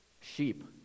Sheep